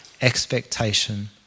expectation